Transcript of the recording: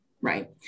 right